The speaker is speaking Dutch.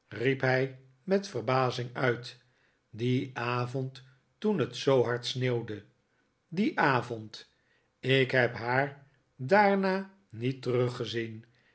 riep hij met verbazing uit dien avond toen het zoo hard sneeuwde dien avond ik heb haar daarna niet teruggezien